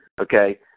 okay